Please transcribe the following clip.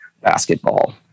Basketball